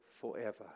forever